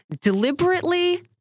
deliberately